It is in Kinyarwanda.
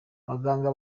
abaganga